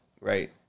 right